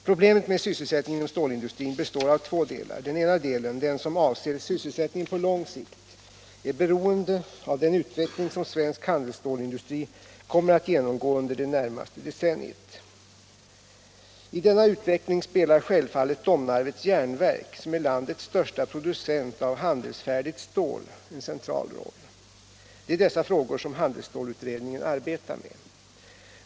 Problemet med sysselsättningen inom stålindustrin består av två delar. Den ena delen, den som avser sysselsättningen på lång sikt, är beroende av den utveckling som svensk handelsstålindustri kommer att genomgå under det närmaste decenniet. I denna utveckling spelar självfallet Domnarvets Jernverk, som är landets största producent av handelsfärdigt stål, en central roll. Det är dessa frågor som handelsstålutredningen arbetar med.